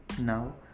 Now